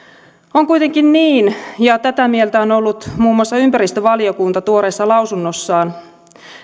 on kuitenkin niin ja tätä mieltä on ollut muun muassa ympäristövaliokunta tuoreessa lausunnossaan